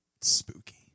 Spooky